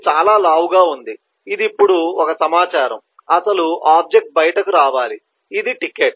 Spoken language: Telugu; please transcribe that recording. ఇప్పుడు చాలా లావుగా ఉంది ఇది ఇప్పుడు ఒక సమాచారం అసలు ఆబ్జెక్ట్ బయటకు రావాలి ఇది టికెట్